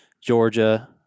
Georgia